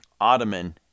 Ottoman